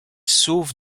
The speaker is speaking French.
sauf